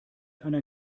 einer